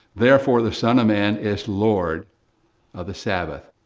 therefore, the son of man is lord of the sabbath.